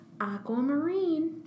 Aquamarine